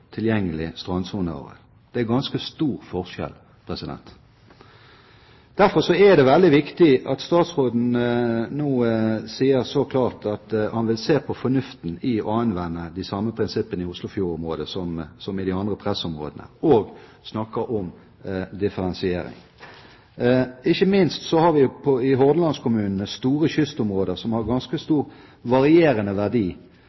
Det er ganske stor forskjell. Derfor er det veldig viktig at statsråden nå sier så klart at han vil se på fornuften i å anvende de samme prinsippene i Oslofjordområdet som i de andre pressområdene, og snakker om differensiering. Ikke minst har vi i hordalandskommunene store kystområder som har ganske stor varierende verdi